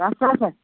صاف تِلہٕ اوسَہ